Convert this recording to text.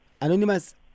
Anonymous